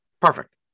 Perfect